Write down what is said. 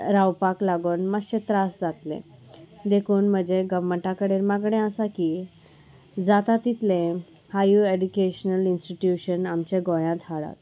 रावपाक लागोन मातशें त्रास जातलें देखून म्हजें गव्हमेंटा कडेन मागणें आसा की जाता तितलें हायर एडुकेशनल इंस्टिट्युशन आमच्या गोंयांत हाडात